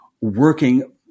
working